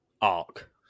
arc